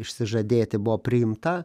išsižadėti buvo priimta